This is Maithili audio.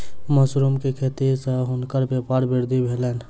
मशरुम के खेती सॅ हुनकर व्यापारक वृद्धि भेलैन